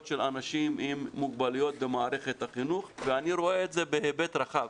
של אנשים עם מוגבלויות במערכת החינוך ואני רואה את זה בהיבט רחב.